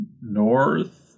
North